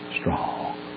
strong